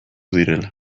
direla